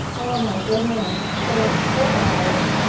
oh my goodness. so fluoride.